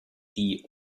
die